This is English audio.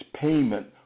payment